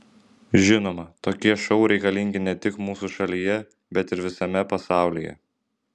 žinoma tokie šou reikalingi ne tik mūsų šalyje bet ir visame pasaulyje